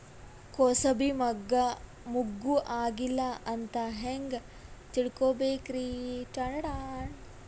ಕೂಸಬಿ ಮುಗ್ಗ ಆಗಿಲ್ಲಾ ಅಂತ ಹೆಂಗ್ ತಿಳಕೋಬೇಕ್ರಿ?